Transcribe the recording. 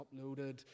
uploaded